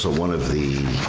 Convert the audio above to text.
so one of the.